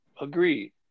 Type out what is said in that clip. Agreed